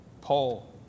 Paul